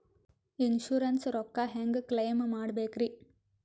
Insurance ರೊಕ್ಕ ಹೆಂಗ claim ಮಾಡ್ಬೇಕ್ರಿ?